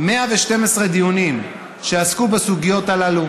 112 דיונים שעסקו בסוגיות הללו.